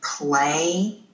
Play